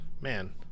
Man